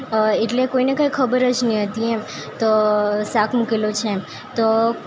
એટલે કોઈને કાંઇ ખબર જ નહીં હતી એમ તો શાક મૂકેલું છે એમ તો